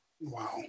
Wow